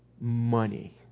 Money